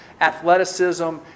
athleticism